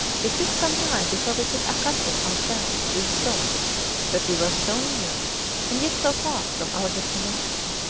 it took some time before we could accustom ourselves to the thought that we were so near and yet so far from our destination.